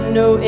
no